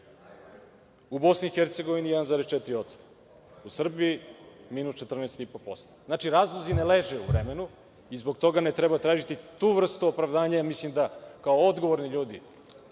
u Bosni i Hercegovini 1,4%, u Srbiji minus 14,5%.Znači, razlozi ne leže u vremenu i zbog toga ne treba tražiti tu vrstu opravdanja, jer mislim da, kao odgovorni ljudi,